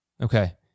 Okay